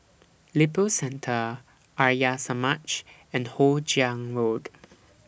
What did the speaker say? Lippo Centre Arya Samaj and Hoe Chiang Road